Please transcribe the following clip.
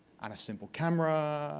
add a simple camera,